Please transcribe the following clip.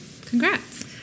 Congrats